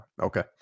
Okay